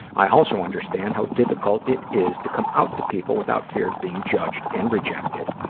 i also understand how difficult it is to come out to people without fear of being judged and rejected.